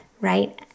right